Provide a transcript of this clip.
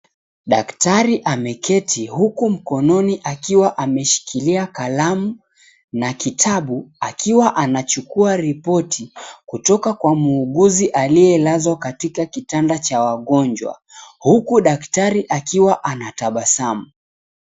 Daktari ameketi huku mkononi akiwa ameshikilia kalamu na kitabu akiwa anachukua ripoti kutoka kwa muuguzi aliyelazwa katika kitanda cha wagonjwa huku daktari akiwa anatabasamu